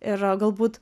ir galbūt